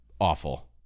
awful